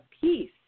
peace